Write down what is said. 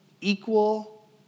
equal